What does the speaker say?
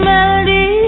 Melody